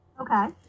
Okay